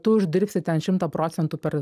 tu uždirbsi ten šimtą procentų per